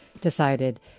decided